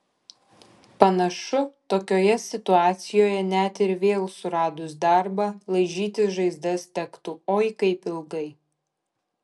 panašu tokioje situacijoje net ir vėl suradus darbą laižytis žaizdas tektų oi kaip ilgai